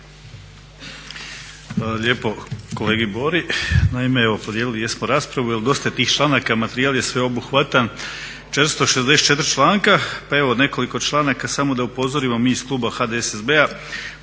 lijepo kolegi Bori. Naime, evo podijelili jesmo raspravu jer dosta je tih članaka, materijal je sveobuhvatan, 464 članka, pa evo nekoliko članka samo da upozorimo mi iz kluba HDSSB-a,